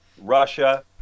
Russia